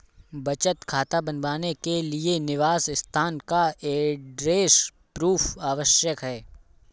बचत खाता बनवाने के लिए निवास स्थान का एड्रेस प्रूफ आवश्यक है